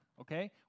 okay